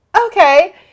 okay